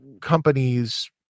companies